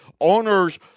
Owners